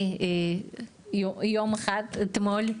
אתמול,